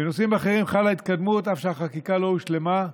בנושאים אחרים חלה התקדמות אף שהחקיקה לא הושלמה: